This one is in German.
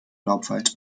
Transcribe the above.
laubwald